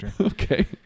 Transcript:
Okay